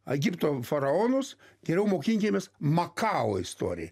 egipto faraonus geriau mokinkimės makau istoriją